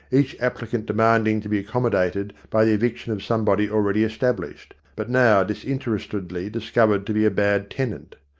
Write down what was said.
each applicant demanding to be accommodated by the eviction of some body already established, but now disinterestedly discovered to be a bad tenant.